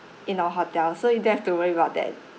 in our hotel so you don't have to worry about that